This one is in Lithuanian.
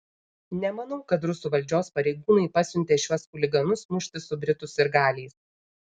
nemanau kad rusų valdžios pareigūnai pasiuntė šiuos chuliganus muštis su britų sirgaliais